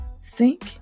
Sink